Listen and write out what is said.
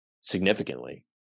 significantly